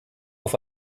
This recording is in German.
auf